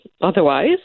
otherwise